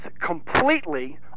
completely